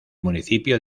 municipio